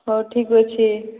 ହଉ ଠିକ୍ଅଛି